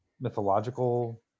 mythological